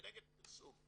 כנגד פרסום.